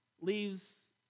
leaves